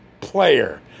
player